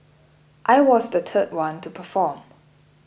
I was the third one to perform